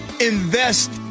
invest